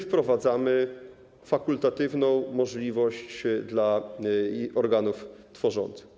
Wprowadzamy fakultatywną możliwość dla organów tworzących.